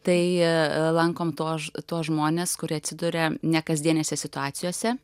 tai lankom tuos tuos žmones kurie atsiduria nekasdienėse situacijose